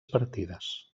partides